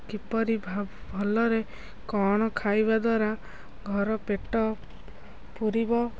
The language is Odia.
କିପରି ଭଲରେ କ'ଣ ଖାଇବା ଦ୍ୱାରା ଘର ପେଟ ପୂରିବ